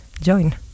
join